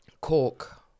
Cork